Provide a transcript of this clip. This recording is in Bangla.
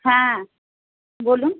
হ্যাঁ বলুন